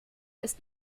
ist